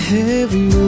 heavy